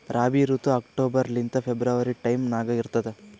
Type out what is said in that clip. ರಾಬಿ ಋತು ಅಕ್ಟೋಬರ್ ಲಿಂದ February time ನಾಗ ಇರ್ತದ